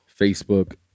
Facebook